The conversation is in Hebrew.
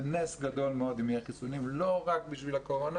זה נס גדול מאוד אם יהיו חיסונים ולא רק בשביל הקורונה